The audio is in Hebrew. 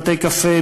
בתי-קפה,